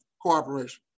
cooperation